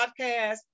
podcast